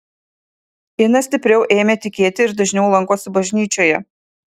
ina stipriau ėmė tikėti ir dažniau lankosi bažnyčioje